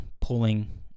pulling